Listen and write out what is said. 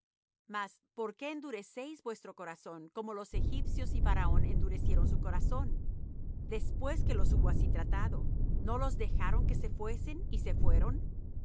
mas por qué endurecéis vuestro corazón como los egipcios y faraón endurecieron su corazón después que los hubo así tratado no los dejaron que se fuesen y se fueron